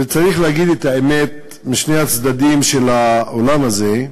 וצריך להגיד את האמת משני הצדדים של האולם הזה,